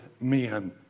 men